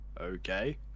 Okay